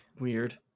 weird